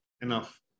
enough